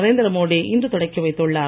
நரேந்திர மோடி இன்று தொடக்கி வைத்துள்ளார்